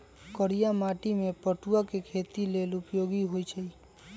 करिया माटि में पटूआ के खेती लेल उपयोगी होइ छइ